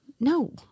No